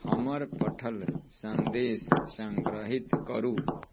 हमर पठल सन्देश सङ्ग्रहीत करू